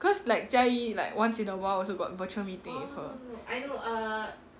cause like jia yi like once in a while also got virtual meh with her